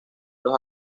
los